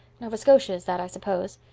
nova scotia is that, i suppose.